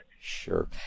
Sure